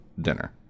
dinner